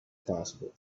possible